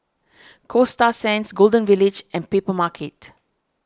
Coasta Sands Golden Village and Papermarket